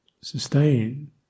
sustain